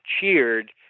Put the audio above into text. cheered